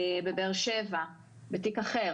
בבאר שבע, בתיק אחר